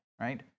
right